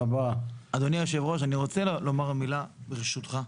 אדוני יושב הראשון, אני רוצה לומר מילה ברשותך.